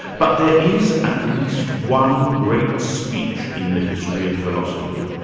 but there is at least one great speech in the history of philosophy,